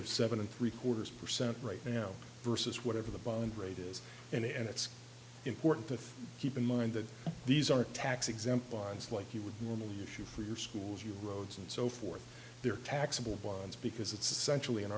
of seven and three quarters percent right now versus whatever the bond rate is and it's important to keep in mind that these are tax exempt bonds like you would normally use you for your schools you roads and so forth they're taxable bonds because it's essentially an